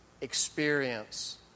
experience